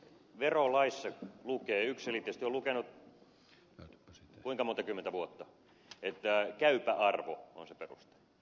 verolaissa lukee yksiselitteisesti on lukenut kuinka monta kymmentä vuotta että käypä arvo on se peruste